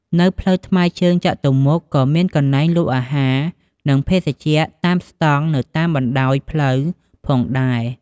នៅផ្លូវថ្មើរជើងចតុមុខក៏មានកន្លែងលក់អាហារ និងភេសជ្ជៈតាមស្តង់នៅតាមបណ្ដោយផ្លូវផងដែរ។